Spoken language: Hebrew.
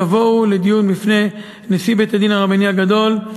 יובאו לדיון בפני נשיא בית-הדין הרבני הגדול,